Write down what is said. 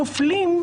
שמופלים.